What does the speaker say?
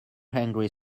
angry